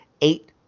eight